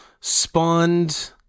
spawned